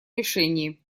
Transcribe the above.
решении